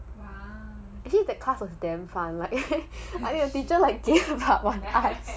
actually that class was damn fun like the teacher like give up on us